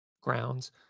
grounds